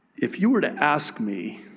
if you were to ask me